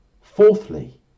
Fourthly